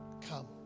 Come